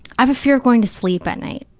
i have a fear of going to sleep at night,